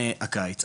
הקיץ.